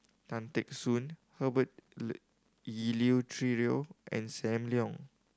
Tan Teck Soon Herbert Eleuterio and Sam Leong